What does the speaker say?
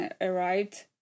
arrived